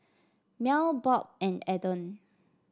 Mel Bob and Eden